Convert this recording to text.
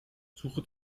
suche